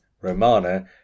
Romana